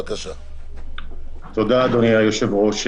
תודה, אדוני היושב-ראש.